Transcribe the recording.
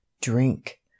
drink